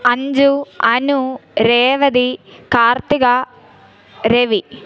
Anju Anu Revathi Karthika Ravi